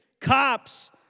cops